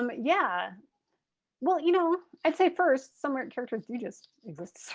um yeah well you know i'd say first some ah characters do just exist